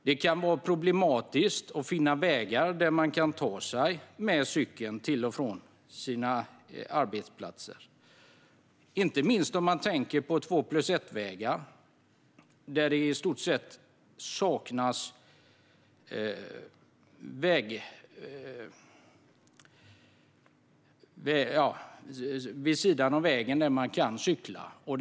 Det kan vara problematiskt att finna vägar där man kan ta sig med cykeln till och från sitt arbete. Det gäller inte minst om man tänker på två-plus-ett-vägar, där det i stort sett saknas vägrenar så att man kan cykla vid sidan av vägen.